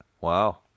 wow